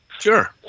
Sure